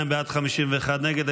32 בעד, 51 נגד.